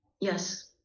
Yes